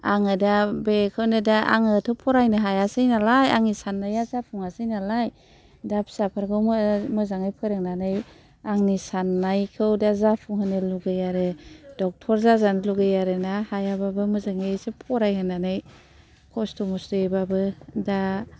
आङो दा बेखौनो दा आङोथ' फरायनो हायासै नालाय आंनि साननाया जाफुङासै नालाय दा फिसाफोरखौ मोजाङै फोरोंनानै आंनि साननायखौ दा जाफुं होनो लुबैयो आरो डक्टर जाजानो लुगैयो आरो ना हायाबाबो मोजाङै एसे फरायहोनानै खस्थ' मस्थ'यैबाबो दा